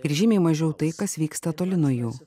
ir žymiai mažiau tai kas vyksta toli nuo jų